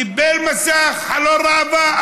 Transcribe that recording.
קיבל מסך, חלון ראווה.